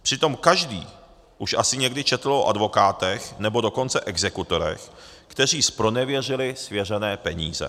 Přitom každý už asi někdy četl o advokátech, nebo dokonce exekutorech, kteří zpronevěřili svěřené peníze.